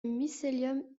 mycélium